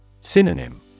Synonym